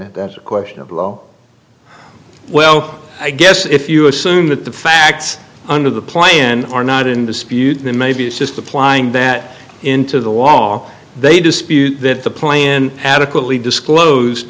and that's a question a blow well i guess if you assume that the facts under the plan are not in dispute then maybe it's just applying that into the wall they dispute that the plane adequately disclosed